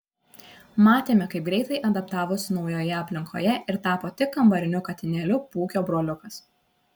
matėme kaip greitai adaptavosi naujoje aplinkoje ir tapo tik kambariniu katinėliu pūkio broliukas